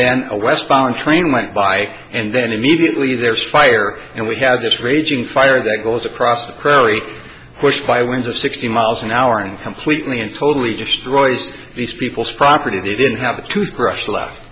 then a west firing train went by and then immediately there's fire and we have this raging fire that goes across the prairie pushed by winds of sixty miles an hour and completely and totally destroys these people's property they didn't have a toothbrush left